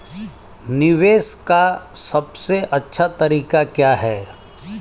निवेश का सबसे अच्छा तरीका क्या है?